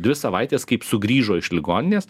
dvi savaitės kaip sugrįžo iš ligoninės